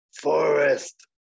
forest